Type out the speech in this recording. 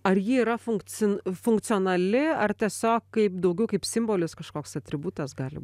ar ji yra funkci funkcionali ar tiesiog kaip daugiau kaip simbolis kažkoks atributas gali